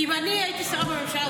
אם אני הייתי שרה בממשלה,